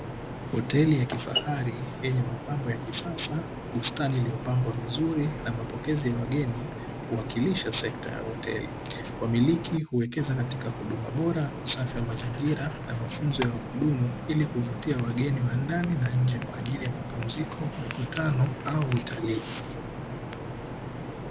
Madhari, yenye mapambo ya kisasa, bustani iliyopambwa vizuri, na mapokezi ya wageni huwakilisha sekta ya hoteli. Wamiliki huwekeza katika huduma bora, usafi wa mazingira, na mafunzo ya wahudumu ili kuvutia wageni wa ndani na nje kwa ajili ya mapumziko, mikutano, au utalii.